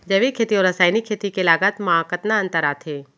जैविक खेती अऊ रसायनिक खेती के लागत मा कतना अंतर आथे?